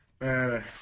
Man